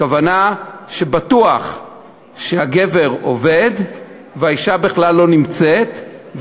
הכוונה שבטוח שהגבר עובד והאישה בכלל לא נמצאת,